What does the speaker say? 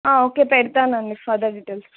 okay పెడతానండి further details